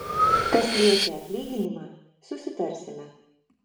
kas liečia atlyginimą susitarsime